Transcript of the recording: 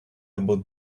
about